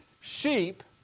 sheep